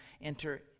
enter